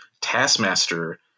Taskmaster